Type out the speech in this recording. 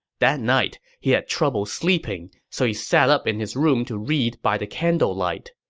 that night, he had trouble sleeping, so he sat up in his room to read by the candlelight.